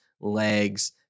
legs